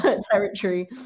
territory